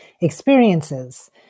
experiences